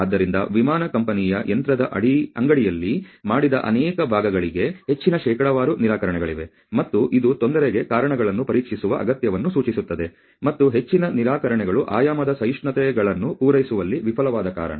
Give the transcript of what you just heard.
ಆದ್ದರಿಂದ ವಿಮಾನ ಕಂಪನಿಯ ಯಂತ್ರದ ಅಂಗಡಿಯಲ್ಲಿ ಮಾಡಿದ ಅನೇಕ ಭಾಗಗಳಿಗೆ ಹೆಚ್ಚಿನ ಶೇಕಡಾವಾರು ನಿರಾಕರಣೆಗಳಿವೆ ಮತ್ತು ಇದು ತೊಂದರೆಗೆ ಕಾರಣಗಳನ್ನು ಪರೀಕ್ಷಿಸುವ ಅಗತ್ಯವನ್ನು ಸೂಚಿಸುತ್ತದೆ ಮತ್ತು ಹೆಚ್ಚಿನ ನಿರಾಕರಣೆಗಳು ಆಯಾಮದ ಸಹಿಷ್ಣುತೆಗಳನ್ನು ಪೂರೈಸುವಲ್ಲಿ ವಿಫಲವಾದ ಕಾರಣ